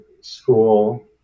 school